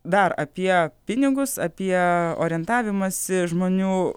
dar apie pinigus apie orientavimąsi žmonių